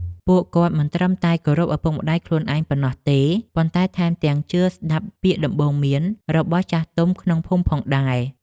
ពួកគាត់មិនត្រឹមតែគោរពឪពុកម្តាយខ្លួនឯងប៉ុណ្ណោះទេ ប៉ុន្តែថែមទាំងជឿស្តាប់ពាក្យទូន្មានរបស់ចាស់ទុំក្នុងភូមិផងដែរ។